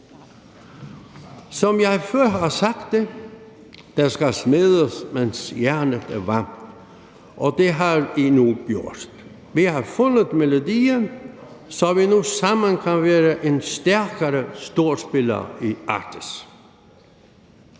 Som jeg før har sagt, skal der smedes, mens jernet er varmt, og det har I nu gjort. Vi har fundet melodien, så vi nu sammen kan været en stærkere storspiller i Arktis.